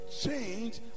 change